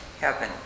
heaven